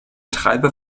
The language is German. treiber